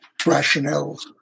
rationales